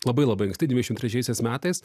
labai labai anksti dvidešim trečiaisiais metais